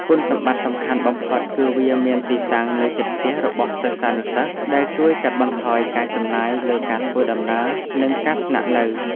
គុណសម្បត្តិសំខាន់បំផុតគឺវាមានទីតាំងនៅជិតផ្ទះរបស់សិស្សានុសិស្ស ដែលជួយកាត់បន្ថយការចំណាយលើការធ្វើដំណើរនិងការស្នាក់នៅ។